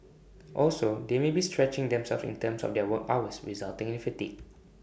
also they may be stretching themselves in terms of their work hours resulting in fatigue